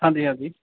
ਹਾਂਜੀ ਹਾਂਜੀ